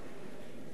ה' מנת חלקי.